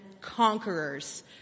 conquerors